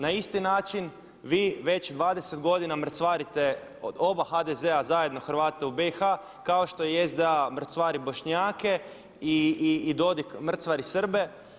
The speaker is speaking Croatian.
Na isti način vi već 20 godina mrcvarite oba HDZ-a zajedno Hrvate u BiH kao što i SDA mrcvari Bošnjake i Dodik mrcvari Srbe.